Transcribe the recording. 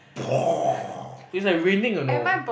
it's like raining you know